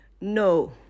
No